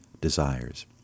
desires